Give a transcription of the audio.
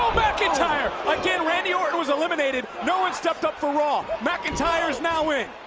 mcintyre. again randy orton was eliminated. no one stepped up for raw. mcintyre's now in.